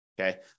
Okay